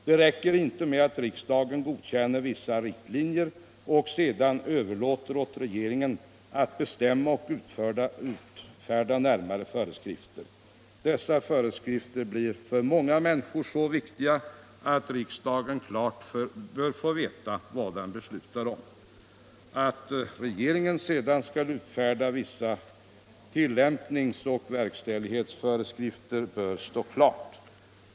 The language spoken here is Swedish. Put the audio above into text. Det räcker inte med att riksdagen godkänner vissa riktlinjer och sedan överlåter åt regeringen att bestämma och utfärda närmare föreskrifter. Dessa föreskrifter blir för många människor så viktiga att riksdagen klart bör få veta vad den beslutar om. Att regeringen sedan skall utfärda vissa tillämpningsoch verkställighetsföreskrifter bör stå klart.